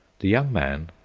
the young man,